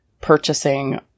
purchasing